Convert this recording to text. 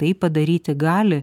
tai padaryti gali